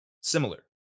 similar